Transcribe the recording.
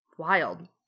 wild